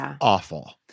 awful